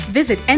visit